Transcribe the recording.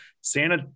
Santa